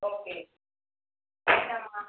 okay